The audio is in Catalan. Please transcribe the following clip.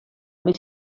més